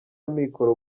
amikoro